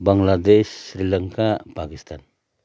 Bangladesh Sri Lanka Pakistan